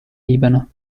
libano